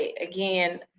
again